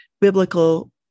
biblical